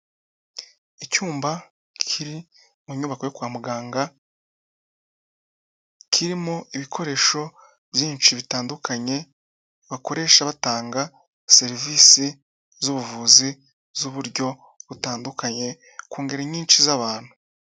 Icyumba kiri mu nyubako yo kwa muganga kirimo ibikoresho byinshi bitandukanye bakoresha batanga serivisi z'ubuvuzi z'uburyo butandukanye ku ngeri nyinshi z'abantu.